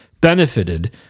benefited